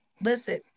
listen